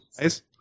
guys